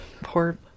poor